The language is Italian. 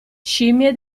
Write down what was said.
scimmie